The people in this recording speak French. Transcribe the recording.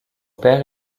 père